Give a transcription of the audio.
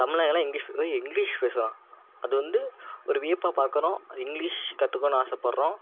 தமிழங்களாம் English English பேசுகிறோம் அது வந்து ஒரு வியப்பாக பார்க்கறோம் இங்கிலீஷ் கற்றுக்கணும்னு ஆசப்படுறோம்